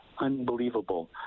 unbelievable